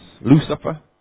Lucifer